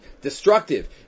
destructive